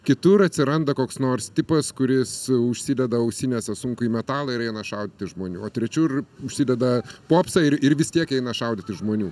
kitur atsiranda koks nors tipas kuris užsideda ausinėse sunkųjį metalą ir eina šaudyti žmonių o trečiur užsideda popsą ir ir vis tiek eina šaudyti žmonių